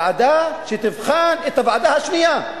ועדה שתבחן את הוועדה השנייה,